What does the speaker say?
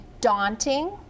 daunting